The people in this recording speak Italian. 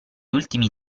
ultimi